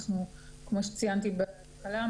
כמו שציינתי בהתחלה,